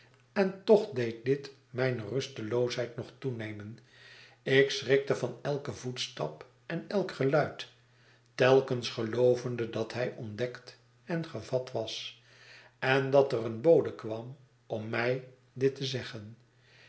en toch deed dit mijne rusteloosheid nog toenemen ik schrikte van elken voetstap en elk geluid telkens geloovende dat hij ontdekt en gevat was en dat er een bode kwam om mij dit te zeggen